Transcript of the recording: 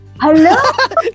Hello